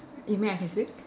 you mean I can speak